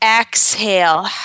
Exhale